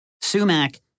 sumac